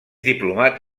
diplomat